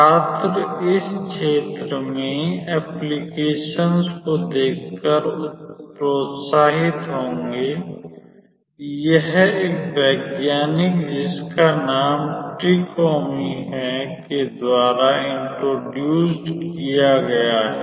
छात्र इस क्षेत्र में अनुप्रयोगों को देखकर प्रोत्साहित होंगे यह एक वैज्ञानिक जिसका नाम ट्रिकोमी है के द्वारा इंटरोड्यूज़ड किया गया था